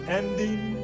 ending